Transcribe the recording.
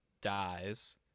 dies